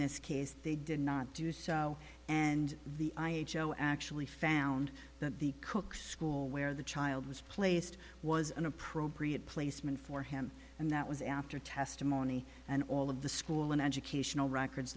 this case they did not do so and the i h o actually found that the cook school where the child was placed was an appropriate placement for him and that was after testimony and all of the school and educational records